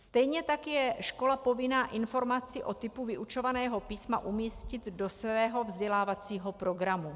Stejně tak je škola povinna informaci o typu vyučovaného písma umístit do svého vzdělávacího programu.